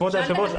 כבוד היושב-ראש,